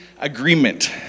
agreement